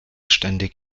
ständig